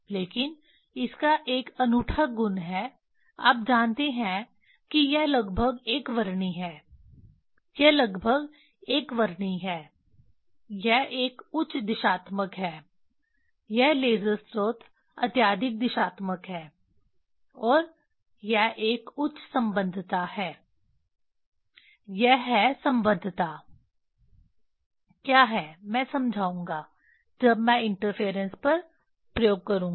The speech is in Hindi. लेकिन इसका एक अनूठा गुण है आप जानते हैं कि यह लगभग एकवर्णी है यह लगभग एकवर्णी है यह एक उच्च दिशात्मक है यह लेज़र स्रोत अत्यधिक दिशात्मक है और यह एक उच्च सम्बद्धता है यह है सम्बद्धता क्या है मैं समझाऊंगा जब मैं इंटरफेरेंस पर प्रयोग करूंगा